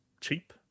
cheap